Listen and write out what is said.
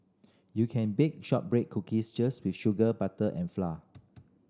you can bake shortbread cookies just with sugar butter and flour